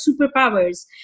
superpowers